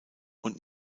und